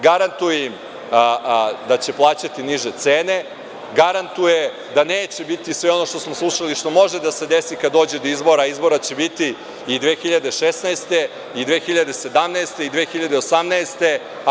Garantuje im da će plaćati niže cene, garantuje da neće biti sve ono što smo slušali i što može da se desi kada dođe do izbora, a izbora će biti i 2016. i 2017. i 2018. godine.